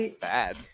bad